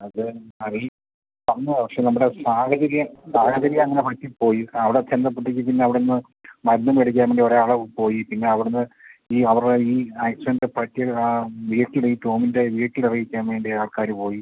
അത് അറീ തന്നു പക്ഷെ നമ്മുടെ സാഹചര്യം സാഹചര്യമങ്ങനെ പറ്റിപ്പോയി അവിടെ ചെന്നപ്പോഴത്തേക്ക് പിന്നെ അവിടുന്ന് മരുന്ന് മേടിക്കാൻ വേണ്ടി ഒരാൾ പോയി പിന്നെയവിടുന്ന് ഈ അവർ ഈ ആക്സിഡൻറ്റ് പറ്റിയ കാറും ഡേറ്റും ടോമിൻ്റെ വീട്ടിലറിയിക്കാൻ വേണ്ടി ആൾക്കാർ പോയി